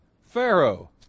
Pharaoh